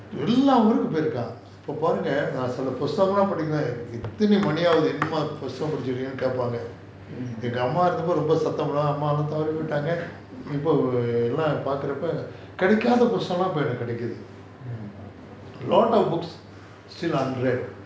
எல்லா ஊருக்கும் போய் இருக்கேன் இப்போ பாருங்க நான் சில புத்தகங்கள் படிச்சிட்டு இருங்னு கேப்பாங்க ஏன் அம்மா இருக்கும் போது ரொம்ப சத்தம் போடுவாங்க இப்போ இதலம் பாக்குற அப்போ கிடைக்காத புஸ்தகங்கள் லாம் கெடைக்கிது:ella urukum poi irukaen ippo paarunga naan sila puthagangal padichitu irunganu kaepaanga yaen amma irukum pothu romba sattham poduvaanga ippo ithulaam paakura appo kidaikatha pusthagangal laam kedaikithu lot of books still unread